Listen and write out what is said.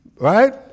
Right